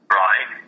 right